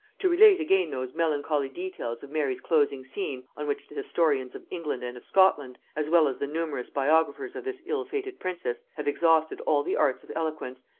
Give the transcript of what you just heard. to relate again those melancholy details of mary's closing scene, on which the historians of england and of scotland, as well as the numerous biographers of this ill-fated princess, have exhausted all the arts of eloquence,